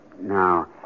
Now